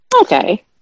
okay